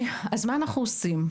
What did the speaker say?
אז מה אנחנו עושים?